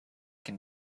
can